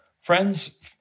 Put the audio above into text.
Friends